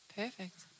perfect